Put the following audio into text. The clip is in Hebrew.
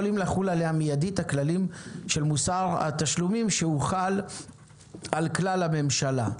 יכולים לחול עליה מיידית הכללים של מוסר התשלומים שהוחל על כלל הממשלה.